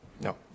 No